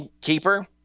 keeper